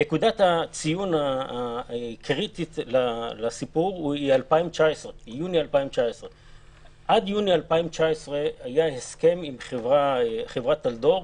נקודת הציון העיקרית בסיפור היא יוני 2019. עד יוני 2019 היה הסכם עם חברת טלדור,